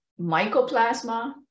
mycoplasma